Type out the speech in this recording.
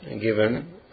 given